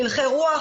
הלכי רוח,